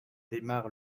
démarre